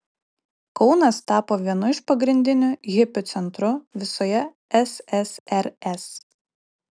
kaunas tapo vienu iš pagrindinių hipių centrų visoje ssrs